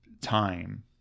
time